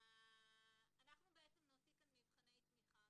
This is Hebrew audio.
אנחנו בעצם נוציא פה מבחני תמיכה.